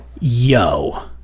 yo